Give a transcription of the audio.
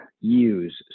Use